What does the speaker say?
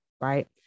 right